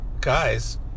guys